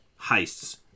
heists